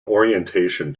orientation